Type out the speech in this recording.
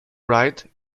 bright